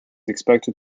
expected